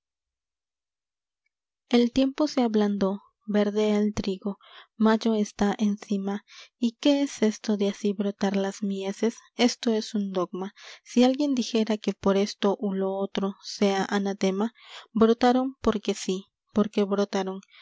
i tiempo se ablandó verdea el trigo mayo está encima y qué es esto de así brotar las mieses esto es un dogma si alguien dijera que por esto u lo otro sea anatema brotaron porque sí porque brotaron